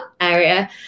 area